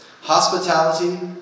Hospitality